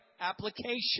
application